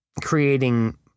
creating